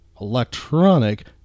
Electronic